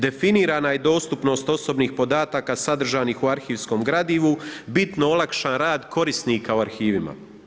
Definirana je dostupnost osobnih podataka sadržanih u arhivskom gradivu, bitno olakšan rad korisnika u arhivima.